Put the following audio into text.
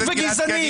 בשקל.